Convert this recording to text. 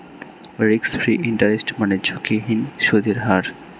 risk free interest মানে ঝুঁকিহীন সুদের হার